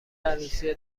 عروسی